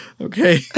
Okay